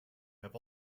have